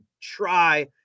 try